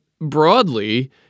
broadly